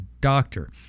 Doctor